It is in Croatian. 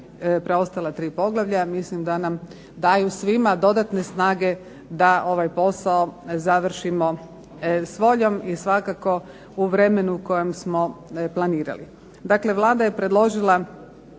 preostala tri poglavlja, mislim da nam daju svima dodatne snage da ovaj posao završimo s voljom i svakako u vremenu kojem smo planirali. Dakle Vlada je predložila